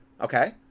Okay